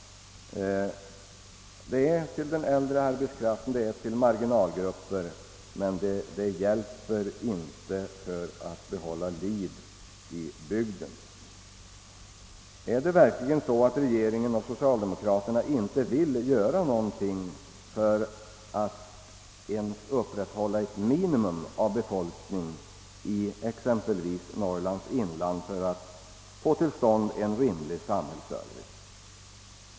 Det rör sig om stöd till den äldre arbetskraften och till marginalgrupper, men det bidrar inte nämnvärt till att behålla liv i bygden. Förhåller det sig faktiskt så att regeringen och socialdemokraterna inte vill göra någonting för att ens upprätthålla ett minimum av befolkning i exempelvis Norrlands inland och därmed få till stånd en rimlig samhällsservice där?